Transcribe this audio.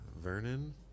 Vernon